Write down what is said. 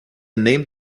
name